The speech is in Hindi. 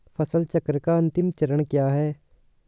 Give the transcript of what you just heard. फसल चक्र का अंतिम चरण क्या है?